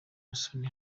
musoni